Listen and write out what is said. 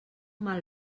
mal